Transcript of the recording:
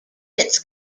its